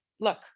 Look